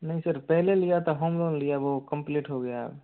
नहीं सर पहले लिया था होम लोन लिया वह कम्प्लीट हो गया